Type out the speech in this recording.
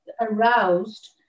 aroused